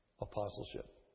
apostleship